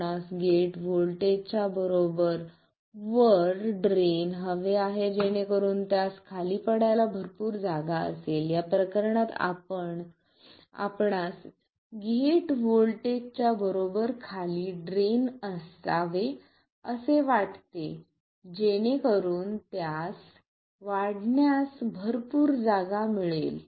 आपणास गेट व्होल्टेजच्या बरोबर वर ड्रेन हवे आहे जेणेकरून त्यास खाली पडायला भरपूर जागा असेल या प्रकरणात आपणास गेट व्होल्टेजच्या बरोबर खाली ड्रेन असावे असे वाटते जेणेकरून त्यास वाढण्यास भरपूर जागा मिळेल